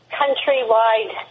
countrywide